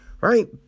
right